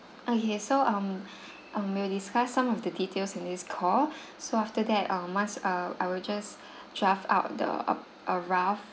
okay so um um we'll discuss some of the details in this call so after that um once err I will just draft up the a rough